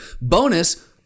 Bonus